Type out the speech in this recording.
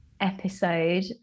episode